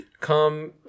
come